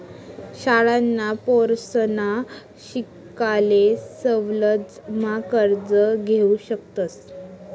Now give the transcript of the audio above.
शाळांना पोरसना शिकाले सवलत मा कर्ज घेवू शकतस